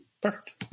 Perfect